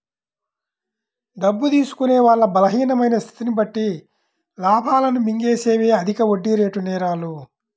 డబ్బు తీసుకునే వాళ్ళ బలహీనమైన స్థితిని బట్టి లాభాలను మింగేసేవే అధిక వడ్డీరేటు నేరాలు